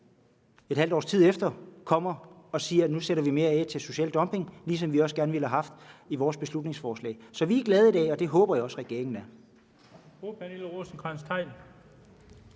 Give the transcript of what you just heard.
et halvt års tid efter, kommer og siger, at nu sætter de mere af til social dumping, ligesom vi også gerne ville have haft det i vores beslutningsforslag. Så vi er glade i dag, og det håber jeg også regeringen er.